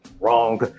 Wrong